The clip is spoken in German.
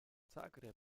zagreb